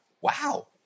Wow